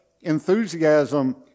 enthusiasm